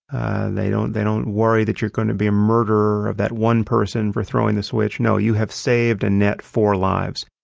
they don't they don't worry that you're going to be a murderer of that one person for throwing the switch. no, you have saved a net four lives.